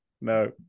No